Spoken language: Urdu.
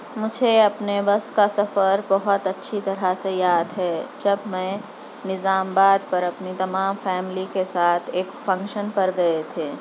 مجھے اپنے بس کا سفر بہت اچھی طرح سے یاد ہے جب میں نظام آباد پر اپنی تمام فیملی کے ساتھ ایک فنکشن پر گئے تھے